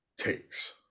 Takes